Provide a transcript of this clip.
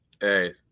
Hey